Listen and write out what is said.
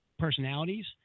personalities